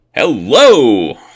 Hello